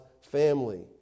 family